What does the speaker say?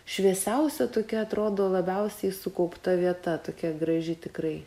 šviesiausia tokia atrodo labiausiai sukaupta vieta tokia graži tikrai